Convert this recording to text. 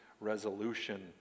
resolution